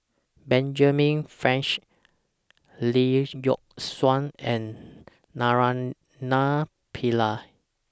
Benjamin Franks Lee Yock Suan and Naraina Pillai